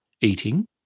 eating